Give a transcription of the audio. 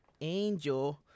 Angel